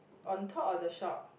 on top of the shop